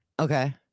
Okay